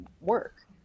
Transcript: work